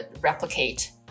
replicate